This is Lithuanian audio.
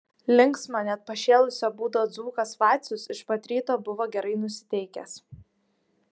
linksmo net pašėlusio būdo dzūkas vacius iš pat ryto buvo gerai nusiteikęs